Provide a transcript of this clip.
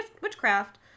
witchcraft